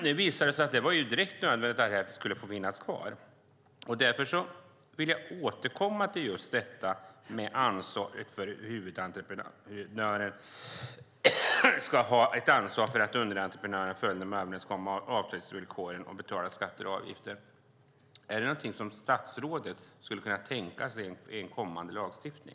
Nu visar det sig att det var direkt nödvändigt att det skulle finnas kvar, och därför vill jag återkomma till just detta med att huvudentreprenören ska ha ett ansvar för att underentreprenörerna följer de överenskomna avtalsvillkoren och betalar skatter och avgifter. Är det här någonting som statsrådet skulle kunna tänka sig i en kommande lagstiftning?